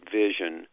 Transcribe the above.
vision